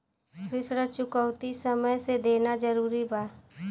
ऋण चुकौती समय से देना जरूरी बा?